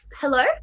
Hello